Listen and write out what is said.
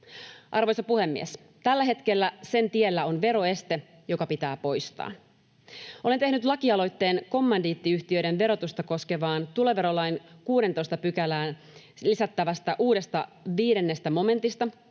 Arvoisa puhemies! Tällä hetkellä sen tiellä on veroeste, joka pitää poistaa. Olen tehnyt lakialoitteen kommandiittiyhtiöiden verotusta koskevaan tuloverolain 16 §:ään lisättävästä uudesta 5 momentista,